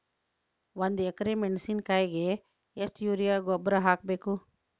ಒಂದು ಎಕ್ರೆ ಮೆಣಸಿನಕಾಯಿಗೆ ಎಷ್ಟು ಯೂರಿಯಾ ಗೊಬ್ಬರ ಹಾಕ್ಬೇಕು?